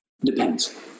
depends